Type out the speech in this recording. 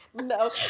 No